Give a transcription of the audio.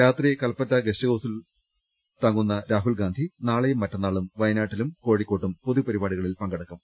ഇന്ന് കൽപ്പറ്റ റസ്റ്റ് ഹൌസിൽ തങ്ങുന്ന രാഹുൽ ഗാന്ധി നാളെയും മറ്റന്നാളും വയനാട്ടിലും കോഴിക്കോട്ടും പൊതു പരിപാടി കളിൽ പങ്കെടുക്കും